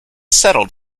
settled